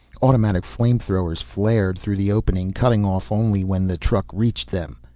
automatic flame-throwers flared through the opening, cutting off only when the truck reached them.